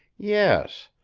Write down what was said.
yes,